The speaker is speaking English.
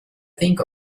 think